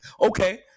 Okay